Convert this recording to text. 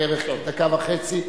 בערך דקה וחצי.